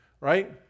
Right